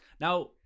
Now